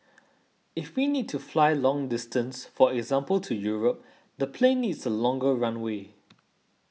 if we need to fly long distance for example to Europe the plane needs a longer runway